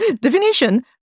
definition